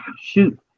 shoot